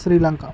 Sri Lanka